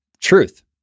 truth